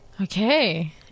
Okay